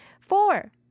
Four